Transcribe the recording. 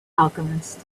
alchemist